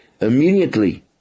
Immediately